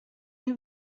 une